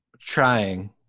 Trying